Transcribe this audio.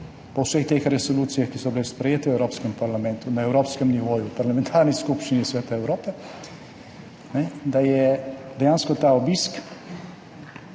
po vseh teh resolucijah, ki so bile sprejete v Evropskem parlamentu, na evropskem nivoju, v Parlamentarni skupščini Sveta Evrope, dejansko tudi